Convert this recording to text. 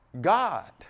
God